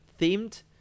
themed